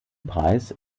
preis